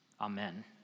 Amen